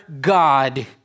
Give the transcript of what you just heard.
God